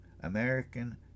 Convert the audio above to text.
American